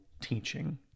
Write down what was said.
teaching